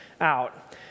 out